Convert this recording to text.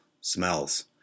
smells